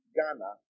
Ghana